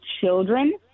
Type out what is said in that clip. children